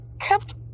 kept